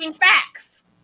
Facts